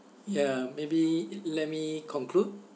ya maybe let me conclude